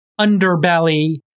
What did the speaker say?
underbelly